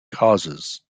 causes